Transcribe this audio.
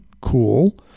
cool